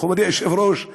מכובדי היושב-ראש,